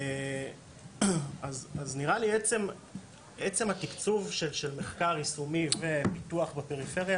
אז נראה לי עצם התקצוב של מחקר יישומי ופיתוח בפריפריה,